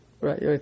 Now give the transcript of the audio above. Right